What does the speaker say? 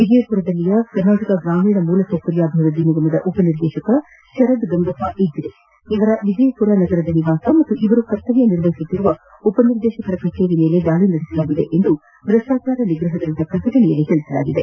ವಿಜಯಮರದಲ್ಲಿನ ಕರ್ನಾಟಕ ಗ್ರಾಮೀಣ ಮೂಲಸೌಕರ್ಯ ಅಭಿವೃದ್ಧಿ ನಿಗಮದ ಉಪ ನಿರ್ದೇಶಕ ಶರದ್ ಗಂಗಪ್ಪ ಇಜ್ರಿ ಇವರ ವಿಜಯಮರ ನಗರದ ನಿವಾಸ ಹಾಗೂ ಇವರು ಕರ್ತವ್ಯ ನಿರ್ವಹಿಸುತ್ತಿರುವ ಉಪ ನಿರ್ದೇಶಕರ ಕಭೇರಿ ಮೇಲೆ ದಾಳಿ ನಡೆಸಲಾಗಿದೆ ಎಂದು ಭ್ರಷ್ಟಾಚಾರ ನಿಗ್ರಹ ದಳದ ಪ್ರಕಟಣೆ ತಿಳಿಸಿದೆ